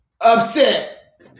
upset